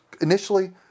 initially